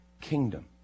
kingdom